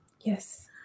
Yes